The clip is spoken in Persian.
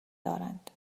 دارند